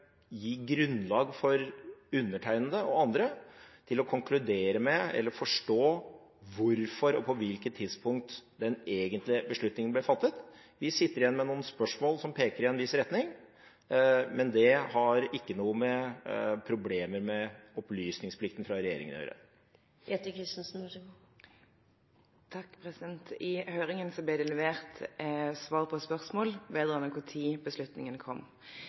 gi grunnlag for undertegnede og andre til å konkludere med eller forstå hvorfor og på hvilket tidspunkt den egentlige beslutningen ble fattet. Vi sitter igjen med noen spørsmål som peker i en viss retning, men det har ikke noe med problemer med opplysningsplikten til regjeringen å gjøre. I høringen ble det levert svar på spørsmål vedrørende når beslutningen kom.